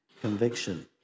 conviction